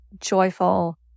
joyful